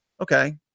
okay